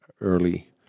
early